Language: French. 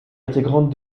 intégrante